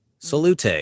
Salute